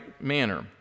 manner